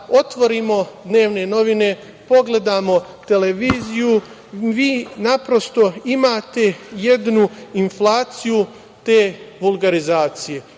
otvorimo dnevne novine, pogledamo televiziju, vi naprosto imate jednu inflaciju te vulgarizacije